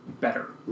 better